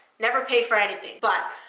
never pay for anything, but